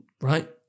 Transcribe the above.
right